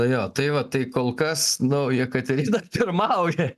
jo tai va tai kol kas nu jekaterina pirmauja